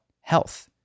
health